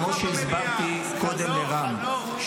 כמו שהסברתי קודם לרם,